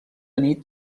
nit